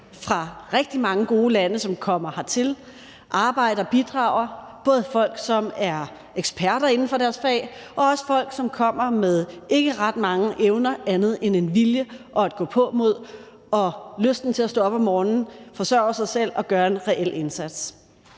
fra rigtig mange gode lande, som kommer hertil, arbejder, bidrager, både folk, som er eksperter inden for deres fag, og også folk, som kommer med ikke ret mange evner andet end en vilje og et gåpåmod og lysten til at stå op om morgenen, forsørge sig selv og gøre en reel indsats.